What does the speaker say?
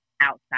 outside